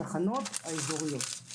התחנות האזוריות.